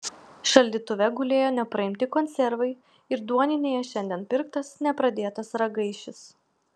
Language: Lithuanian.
šaldytuve gulėjo nepraimti konservai ir duoninėje šiandien pirktas nepradėtas ragaišis